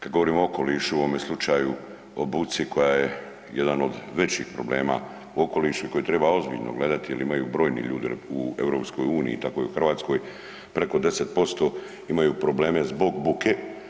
Kad govorimo o okolišu, u ovome slučaju o buci koja je jedan od većih problema u okolišu i koji treba ozbiljno gledati jel imaju brojni ljudi u EU, tako i u Hrvatskoj preko 10% imaju probleme zbog buke.